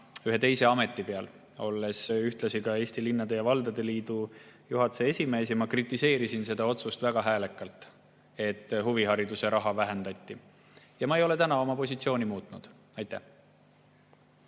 ühe teise ameti peal. Olin ühtlasi ka Eesti Linnade ja Valdade Liidu juhatuse esimees ja kritiseerisin väga häälekalt seda otsust, et huvihariduse raha vähendati. Ma ei ole tänini oma positsiooni muutnud. Aitäh!